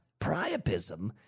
Priapism